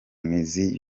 mizi